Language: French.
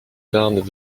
bardes